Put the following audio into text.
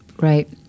Right